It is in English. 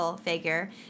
figure